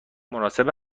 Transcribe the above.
مناسب